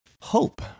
hope